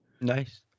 Nice